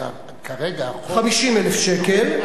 כי כרגע החוק, 50,000 שקל,